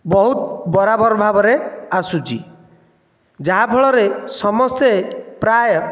ବହୁତ ବରାବର ଭାବରେ ଆସୁଛି ଯାହାଫଳରେ ସମସ୍ତେ ପ୍ରାୟ